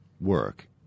work